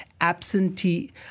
absentee